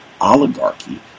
oligarchy